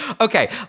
Okay